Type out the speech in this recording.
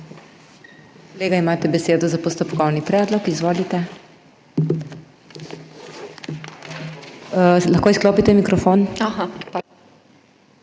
Kolega, imate besedo za postopkovni predlog. Izvolite. Lahko izklopite mikrofon?